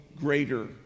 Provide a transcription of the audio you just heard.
greater